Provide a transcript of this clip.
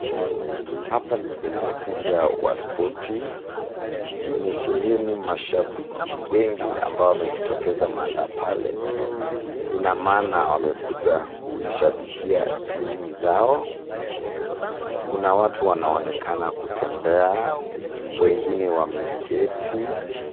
Hapa ni kwenye uga wa spoti . Imesheheni mashabiki wengi ambao wamejitokeza mahala pale. Ina maana wamekuja kuishabikia timu zao. Kuna watu wanaonekana kutembea, wengine wameketi.